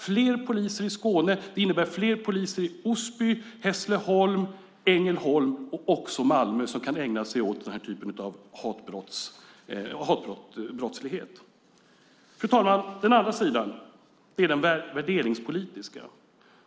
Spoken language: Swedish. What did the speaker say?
Fler poliser i Skåne innebär fler poliser i Osby, Hässleholm, Ängelholm och även Malmö som kan ägna sig åt denna typ av hatbrottslighet. Fru talman! Den andra sidan är den värderingspolitiska.